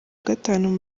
gatanu